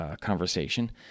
conversation